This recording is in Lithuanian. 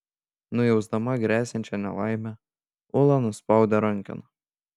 nujausdama gresiančią nelaimę ula nuspaudė rankeną